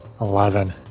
eleven